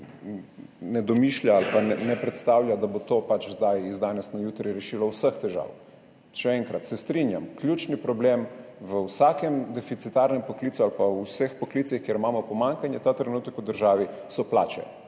ne domišlja ali pa predstavlja, da bo to pač zdaj z danes na jutri rešilo vse težave. Še enkrat, strinjam se, ključni problem v vsakem deficitarnem poklicu ali pa v vseh poklicih, kjer imamo pomanjkanje ta trenutek v državi, so plače.